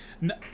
No